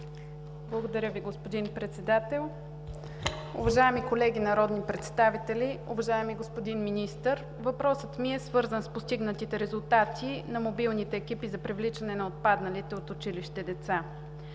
Благодаря Ви, господин Председател. Уважаеми колеги народни представители, уважаеми господин Министър! Въпросът ми е свързан с постигнатите резултати на мобилните екипи за привличане на отпадналите от училище деца.